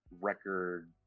record